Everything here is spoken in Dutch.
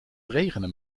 regenen